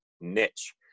niche